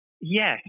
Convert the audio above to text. Yes